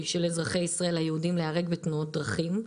של אזרחי ישראל היהודים להיהרג בתאונות דרכים.